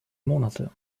monate